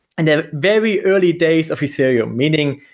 and then very early days of ethereum. meaning,